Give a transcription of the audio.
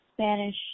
Spanish